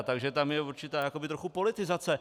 Takže tam je určitá jakoby trochu politizace.